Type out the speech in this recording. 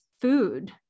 food